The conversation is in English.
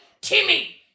Timmy